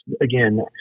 again